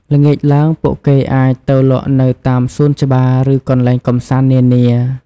ល្ងាចឡើងពួកគេអាចទៅលក់នៅតាមសួនច្បារ ឬកន្លែងកម្សាន្តនានា។